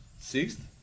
Sixth